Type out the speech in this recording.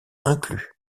inclus